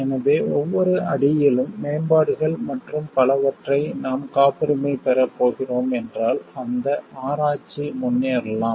எனவே ஒவ்வொரு அடியிலும் மேம்பாடுகள் மற்றும் பலவற்றை நாம் காப்புரிமை பெறப் போகிறோம் என்றால் அந்த ஆராய்ச்சி முன்னேறலாம்